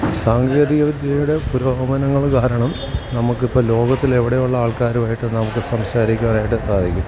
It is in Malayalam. സാങ്കേതിക വിദ്യയുടെ പുരോഗമനങ്ങള് കാരണം നമുക്കിപ്പം ലോകത്തിലെ എവിടെ ഉള്ള ആൾക്കാരുവായിട്ട് നമുക്ക് സംസാരിക്കുവാനായിട്ട് സാധിക്കും